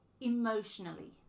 emotionally